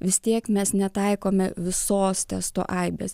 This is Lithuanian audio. vis tiek mes netaikome visos testo aibės